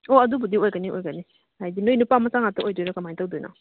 ꯑꯣ ꯑꯗꯨꯕꯨꯗꯤ ꯑꯣꯏꯒꯅꯤ ꯑꯣꯏꯒꯅꯤ ꯍꯥꯏꯗꯤ ꯅꯣꯏ ꯅꯨꯄꯥ ꯃꯆꯥ ꯉꯥꯛꯇ ꯑꯣꯏꯗꯣꯏꯔꯥ ꯀꯃꯥꯏ ꯇꯧꯗꯣꯏꯅꯣ